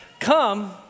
Come